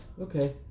Okay